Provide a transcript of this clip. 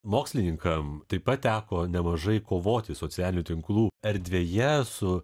mokslininkam taip pat teko nemažai kovoti socialinių tinklų erdvėje su